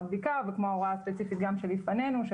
בדיקה וכמו ההוראה הספציפית גם שלפנינו,